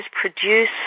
produce